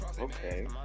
Okay